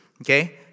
okay